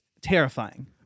terrifying